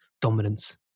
dominance